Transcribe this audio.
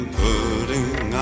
putting